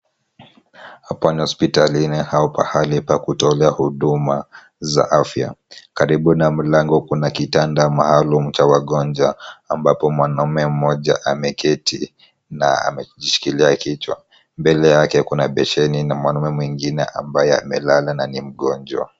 Hapa ni hospitalini au pahali pa kutolea huduma za afya. Karibu na mlango kuna kitanda maalum cha wagonjwa ambapo mwanaume mmoja ameketi na amejishikilia kichwa. Mbele yake kuna besheni na mwanaume mwingine ambaye amelala ndani ya mgonjwa.